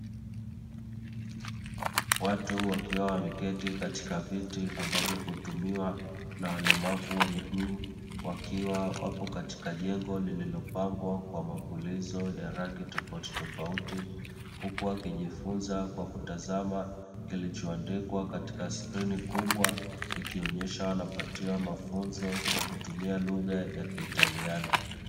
Watu wakiwa wameketi katika viti ambavyo hutumiwa na walemavu wa miguu wakiwa wapo katika jengo lililopambwa kwa mapulizo ya rangi tofautitofauti, huku wakijifunza kwa kutazama kilichoandikwa katika skrini kubwa ikionyeshwa wanapatiwa mafunzo kwa kutumia lugha ya kiitaliano.